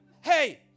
hey